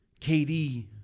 KD